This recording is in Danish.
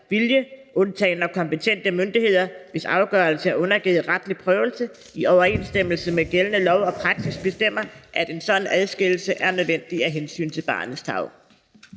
vilje, undtagen når kompetente myndigheder, hvis afgørelse er undergivet retlig prøvelse i overensstemmelse med gældende lov og praksis, bestemmer, at en sådan adskillelse er nødvendig af hensyn til barnets tarv.